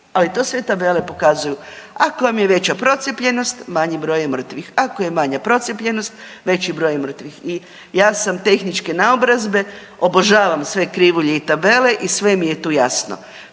ali to sve tabele pokazuju, ako vam je veća procijepljenost manji broj je mrtvih, ako je manja procijepljenost veći broj je mrtvih. I ja sam tehničke naobrazbe, obožavam sve krivulje i tabele i sve mi je tu jasno.